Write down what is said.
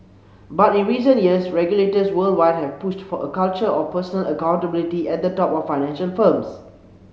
but in recent years regulators worldwide have pushed for a culture of personal accountability at the top of financial firms